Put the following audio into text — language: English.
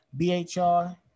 BHR